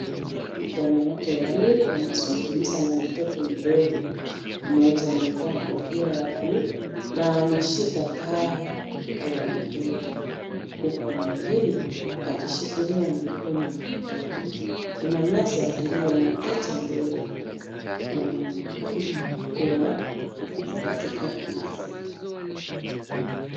Wanawake wawili wanazungumza na mtoto mdogo, mmoja amevaa kofia ya bluu na ameshika taa la mtoto huku mwingine akishikilia mikono ya mtoto. Kuna meza iliyo na picha mbele, wanaonekana kuwa katika hafla.